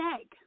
egg